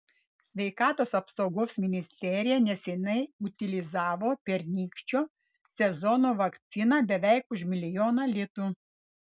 sveikatos apsaugos ministerija neseniai utilizavo pernykščio sezono vakciną beveik už milijoną litų